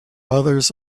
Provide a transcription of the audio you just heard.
others